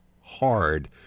hard